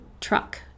truck